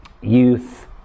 youth